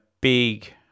big